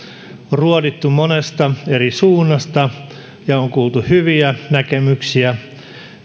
ruodittu monesta eri suunnasta ja on on kuultu hyviä näkemyksiä